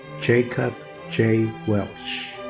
jacob jay welch.